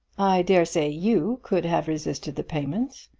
dare say you could have resisted the payment.